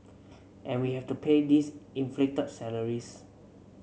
and we have to pay these inflated salaries